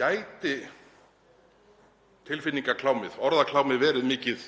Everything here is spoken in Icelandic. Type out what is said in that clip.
Gæti tilfinningaklámið, orðaklámið, verið mikið